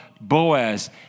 Boaz